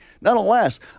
Nonetheless